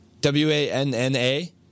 W-A-N-N-A